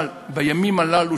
אבל בימים הללו,